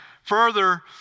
Further